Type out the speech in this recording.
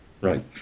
right